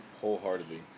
wholeheartedly